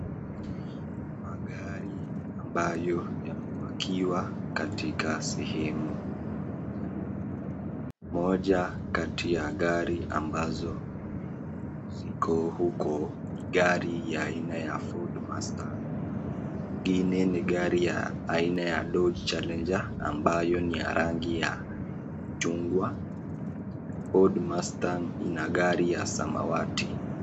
Magari ambayo yamepakiwa katika sehemu moja, moja kati ya gari ambazo ziko huko ni gari ya aina ya Ford Mustang, ingine ni gari ya aina ya Dodge Challenger, ambayo ni ya rangi ya chungwa, Ford Mustang ina gari ya samawati.